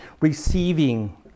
receiving